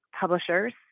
publishers